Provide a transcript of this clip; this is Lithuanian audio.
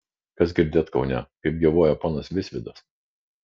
kas girdėt kaune kaip gyvuoja ponas visvydas